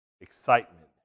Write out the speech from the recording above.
excitement